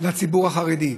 שציבור החרדי,